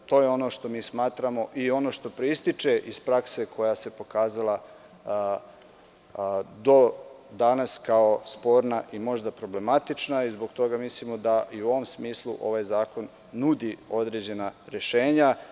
To je ono što mi smatramo i ono što proističe iz prakse koja se pokazala do danas kao sporna i možda problematična i zbog toga mislimo da i u ovom smislu ovaj zakon nudi određena rešenja.